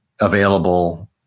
available